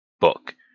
book